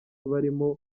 barimo